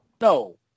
No